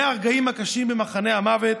מהרגעים הקשים במחנה המוות